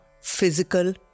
physical